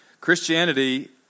Christianity